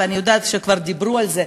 ואני יודעת שכבר דיברו על זה,